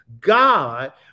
God